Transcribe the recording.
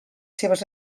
seves